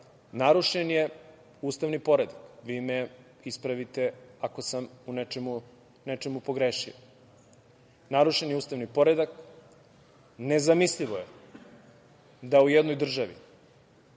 narušen je ustavni poredak. Vi me ispravite ako sam u nečemu pogrešio. Narušen je ustavni poredak, nezamislivo je da se u jednoj državi